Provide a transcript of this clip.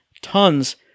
tons